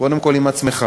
קודם כול עם עצמך,